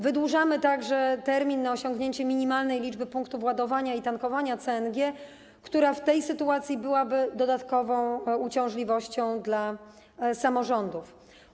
Wydłużamy także termin osiągnięcia minimalnej liczby punktów ładowania i tankowania CNG, bo w tej sytuacji byłoby to dodatkową uciążliwością dla samorządów.